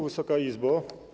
Wysoka Izbo!